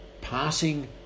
Passing